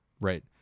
Right